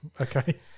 Okay